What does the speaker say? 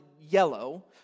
yellow